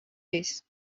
this